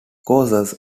courses